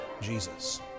Jesus